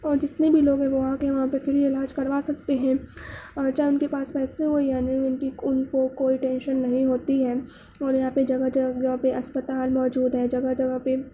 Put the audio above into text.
اور جتنے بھی لوگ ہیں وہ وہاں کے وہاں پہ فری علاج کروا سکتے ہیں اور چاہے ان کے پاس پیسے ہو یا نہیں ہو ان کی ان کو کوئی ٹینشن نہیں ہوتی ہے اور یہاں پہ جگہ جگہ پہ اسپتال موجود ہیں جگہ جگہ پہ